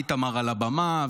איתמר על הבמה,